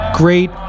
Great